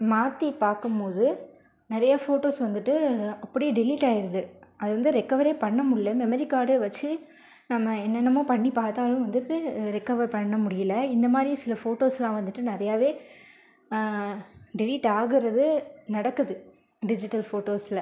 மாற்றி பார்க்கும்போது நிறைய ஃபோட்டோஸ் வந்துட்டு அப்படியே டெலீட்டாகிடுது அது வந்து ரெக்கவர் பண்ணமுடில மெமரி கார்டை வச்சு நம்ம என்னென்னமோ பண்ணி பார்த்தாலும் வந்துட்டு ரெக்கவர் பண்ண முடியிலை இந்தமாதிரி சில ஃபோட்டோஸ்லான் வந்துட்டு நிறையாவே டெலீட்டாகிறது நடக்குது டிஜிட்டல் ஃபோட்டோஸில்